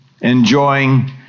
enjoying